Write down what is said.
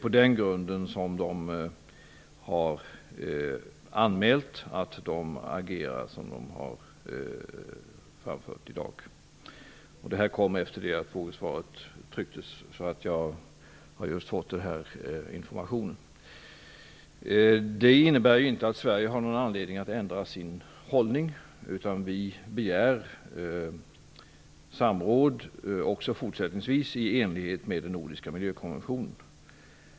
På den grunden har norrmännen anmält att de agerar som de har framfört i dag. Det fick jag veta efter det att frågesvaret var tryckt; jag har just fått den här informationen. Det innebär inte att Sverige har någon anledning att ändra sin hållning, utan vi begär samråd även fortsättningsvis i enlighet med den nordiska miljökonventionen.